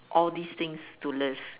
all these things to live